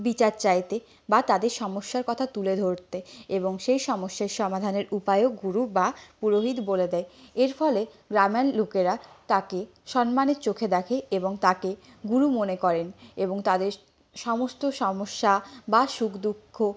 বিচার চাইতে বা তাদের সমস্যার কথা তুলে ধরতে এবং সেই সমস্যার সমাধানের উপায়ও গুরু বা পুরোহিত বলে দেয় এর ফলে গ্রামের লোকেরা তাকে সন্মানের চোখে দেখেন এবং তাকে গুরু মনে করেন এবং তাদের সমস্ত সমস্যা বা সুখ দুঃখ